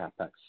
capex